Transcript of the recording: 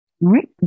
right